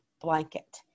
blanket